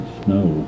snow